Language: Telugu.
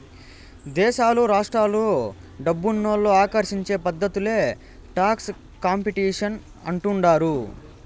దేశాలు రాష్ట్రాలు డబ్బునోళ్ళు ఆకర్షించే పద్ధతే టాక్స్ కాంపిటీషన్ అంటుండారు